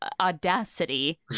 audacity